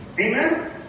amen